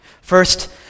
First